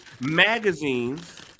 Magazines